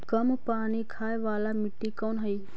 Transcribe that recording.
कम पानी खाय वाला मिट्टी कौन हइ?